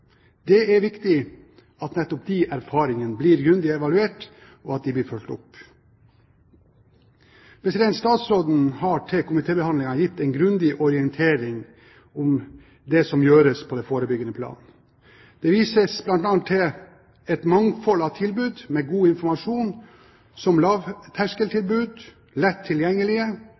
Det er viktig at nettopp disse erfaringene blir grundig evaluert og fulgt opp. Statsråden har til komitébehandlingen gitt en grundig orientering om det som gjøres på det forebyggende plan. Det vises bl.a. til et mangfold av tilbud med god informasjon. Det er lavterskeltilbud som er lett tilgjengelige.